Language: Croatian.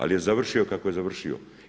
Ali je završio kako je završio.